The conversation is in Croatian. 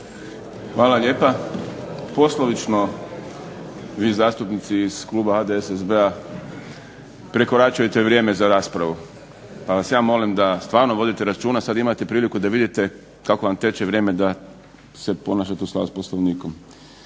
Hvala lijepa. Poslovično vi zastupnici iz kluba HDSSB-a prekoračujete vrijeme za raspravu, pa vas ja molim da stvarno vodite računa. Sad imate priliku da vidite kako vam teče vrijeme, da se ponašate u skladu sa Poslovnikom.